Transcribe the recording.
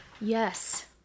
Yes